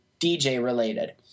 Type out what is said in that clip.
DJ-related